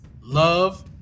love